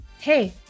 hey